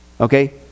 Okay